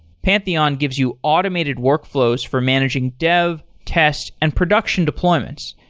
pantheon gives you automated workflows for managing dev, test and production deployments,